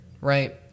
right